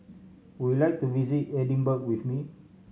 would you like to visit Edinburgh with me